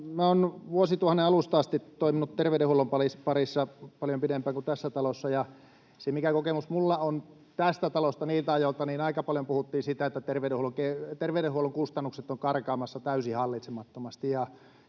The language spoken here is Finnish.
Olen vuosituhannen alusta asti toiminut terveydenhuollon parissa, paljon pidempään kuin tässä talossa. Mikä kokemus minulla on tästä talosta niiltä ajoilta, niin aika paljon puhuttiin siitä, että terveydenhuollon kustannukset ovat karkaamassa täysin hallitsemattomasti.